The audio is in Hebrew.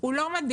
הוא לא מדהים,